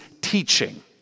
teaching